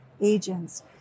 agents